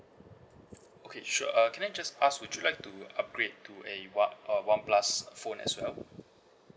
okay sure uh can I just ask would you like to upgrade to a one uh one plus phone as well